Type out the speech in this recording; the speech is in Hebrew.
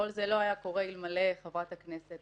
כל זה לא היה קורה וגם לא היינו יושבים פה אלמלא חברת הכנסת